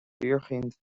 fíorchaoin